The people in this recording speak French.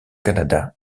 canada